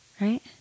Right